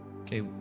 okay